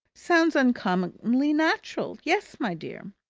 sounds uncommonly natural. yes, my dear?